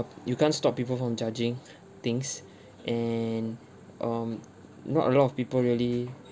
you can't stop people from judging things and um not a lot of people really